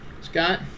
Scott